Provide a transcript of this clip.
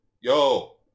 Yo